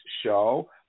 show